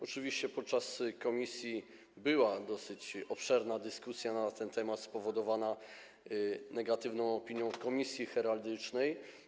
Oczywiście podczas posiedzenia komisji była dosyć obszerna dyskusja na ten temat spowodowana negatywną opinią Komisji Heraldycznej.